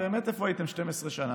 באמת איפה הייתם 12 שנה,